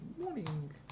morning